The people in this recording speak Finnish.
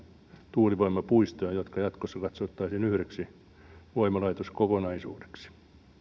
tuulivoimapuistoja jotka jatkossa katsottaisiin yhdeksi voimalaitoskokonaisuudeksi ja